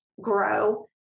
grow